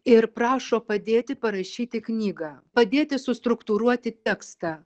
ir prašo padėti parašyti knygą padėti sustruktūruoti tekstą